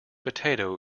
potato